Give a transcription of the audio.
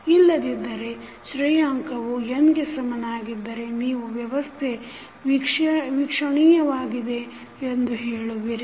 ಇಲ್ಲದಿದ್ದರೆ ಶ್ರೇಯಾಂಕವು n ಗೆ ಸಮನಾಗಿದ್ದರೆ ನೀವು ವ್ಯವಸ್ಥೆ ವೀಕ್ಷಣೀಯವಾಗಿದೆ ಎಂದು ಹೇಳುವಿರಿ